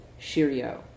shiryo